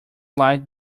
light